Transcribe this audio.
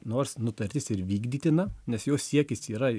nors nutartis ir vykdytina nes jos siekis yra